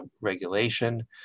regulation